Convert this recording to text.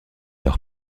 leur